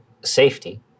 safety